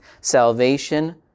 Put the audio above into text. salvation